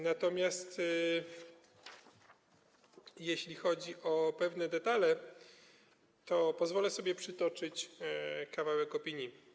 Natomiast jeśli chodzi o pewne detale, to pozwolę sobie przytoczyć kawałek opinii.